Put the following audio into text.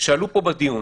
שעלו פה בדיון,